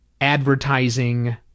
advertising